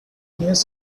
news